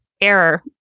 error